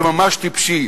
זה ממש טיפשי.